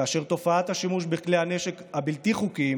כאשר תופעת השימוש בכלי הנשק הבלתי-חוקיים